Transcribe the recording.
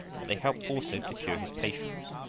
they helped also to cure his patients.